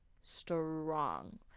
strong